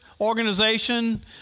organization